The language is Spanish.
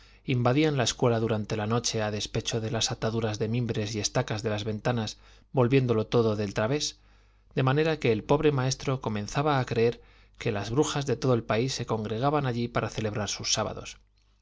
invadían la escuela durante la noche a despecho de las ataduras de mimbres y estacas de las ventanas volviéndolo todo de través de manera que el pobre maestro comenzaba a creer que las brujas de todo el país se congregaban allí para celebrar sus sábados